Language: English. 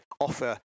offer